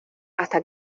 hasta